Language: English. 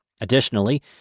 Additionally